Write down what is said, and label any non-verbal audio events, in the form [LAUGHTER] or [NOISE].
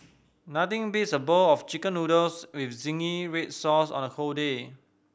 nothing beats a bowl of Chicken Noodles with zingy red sauce on a [UNINTELLIGIBLE] day